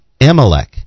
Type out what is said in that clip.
Amalek